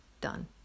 Done